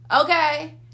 Okay